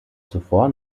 zuvor